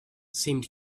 seemed